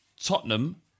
Tottenham